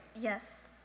Yes